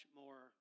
more